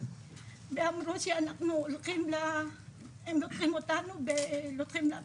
והם אמרו לנו שהם לוקחים אותנו לכלא.